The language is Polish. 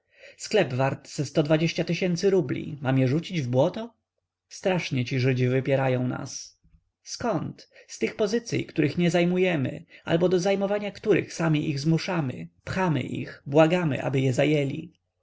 sklep wart ze rubli mam je rzucić w błoto strasznie ci żydzi wypierają nas zkąd z tych pozycyj których nie zajmujemy albo do zajmowania których sami ich zmuszamy pchamy ich błagamy aby je zajęli